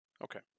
Okay